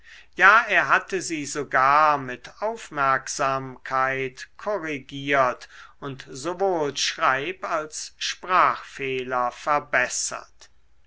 ja er hatte sie sogar mit aufmerksamkeit korrigiert und sowohl schreib als sprachfehler verbessert